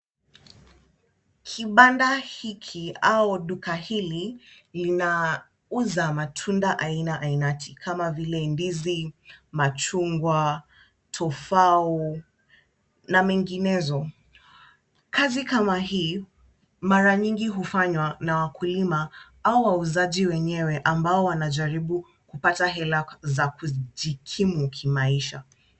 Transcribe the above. Kibanda hiki au duka hili linauza matunda aina ainati kama vile ndizi, machungwa, tofau na menginezo. Kazi kama hii mara nyingi hufanywa na wakulima au wauzaji wenyewe ambao wanajaribu kupata hela za kujikimu kimaisha.